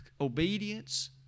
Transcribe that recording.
obedience